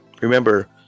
Remember